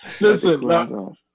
Listen